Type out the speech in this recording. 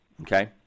okay